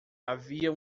havia